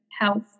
health